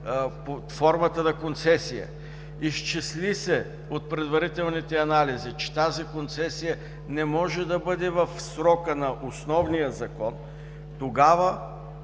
формата на концесия, изчислѝ се от предварителните анализи, че тази концесия не може да бъде в срока на основния Закон, тогава